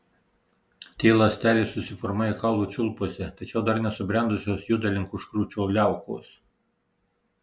t ląstelės susiformuoja kaulų čiulpuose tačiau dar nesubrendusios juda link užkrūčio liaukos